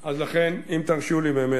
אני מבקש לסיים, אז לכן, אם תרשו לי, באמת.